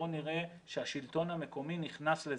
בואו נראה שהשלטון המקומי נכנס לזה,